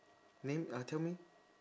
name uh tell me